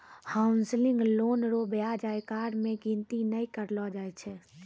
housing loan रो ब्याज आयकर मे गिनती नै करलो जाय छै